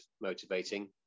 motivating